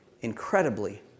incredibly